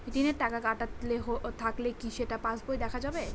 ঋণের টাকা কাটতে থাকলে কি সেটা পাসবইতে দেখা যাবে?